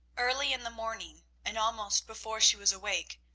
early in the morning, and almost before she was awake,